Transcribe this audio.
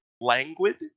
languid